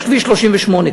כביש 38,